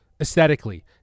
aesthetically